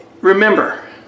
Remember